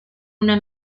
una